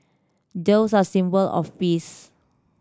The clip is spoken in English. doves are symbol of peace